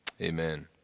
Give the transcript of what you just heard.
amen